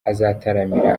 azataramira